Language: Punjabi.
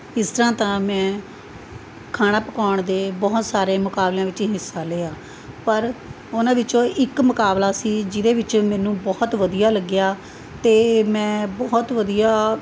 ਇਸ ਤਰ੍ਹਾਂ ਤਾਂ ਮੈਂ ਖਾਣਾ ਪਕਾਉਣ ਦੇ ਬਹੁਤ ਸਾਰੇ ਮੁਕਾਬਲਿਆਂ ਵਿੱਚ ਹਿੱਸਾ ਲਿਆ ਪਰ ਉਹਨਾਂ ਵਿੱਚੋਂ ਇੱਕ ਮੁਕਾਬਲਾ ਸੀ ਜਿਹਦੇ ਵਿੱਚ ਮੈਨੂੰ ਬਹੁਤ ਵਧੀਆ ਲੱਗਿਆ ਅਤੇ ਮੈਂ ਬਹੁਤ ਵਧੀਆ